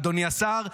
אדוני השר,